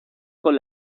con